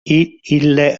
ille